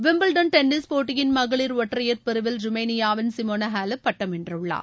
Wimbledon tennis போட்டியின் மகளிர் ஒற்றையர் பிரிவில் ருமேனியாவின் சிமோனா ஹாலப் பட்டம் வென்றுள்ளார்